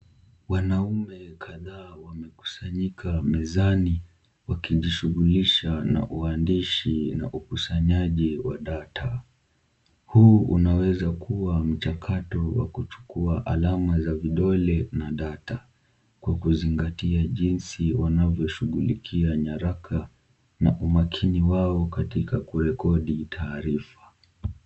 Wanaume kadhaa wamekusanyika mezani wakijishughulisha na uandishi na ukusanyaji wa data . Huu unaweza kuwa mchakato wa kuchukua alama za vidole na data kwa kuzingatia jinsi wanavyoshughulikia nyaraka na umakini wao katika kurekodi taarifa.